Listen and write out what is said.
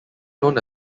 known